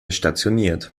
stationiert